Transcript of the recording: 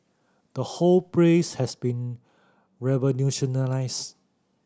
the whole prays has been revolutionised